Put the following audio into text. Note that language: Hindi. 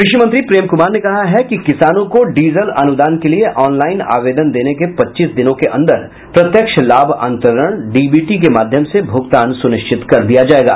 कृषि मंत्री प्रेम कुमार ने कहा है कि किसानों को डीजल अनुदान के लिये ऑनलाईन आवेदन देने के पच्चीस दिनों के अंदर प्रत्यक्ष लाभ अंतरण डीबीटी के माध्यम से भूगतान सूनिश्चित कर दिया जायेगा